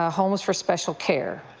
ah homes for special care,